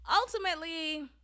Ultimately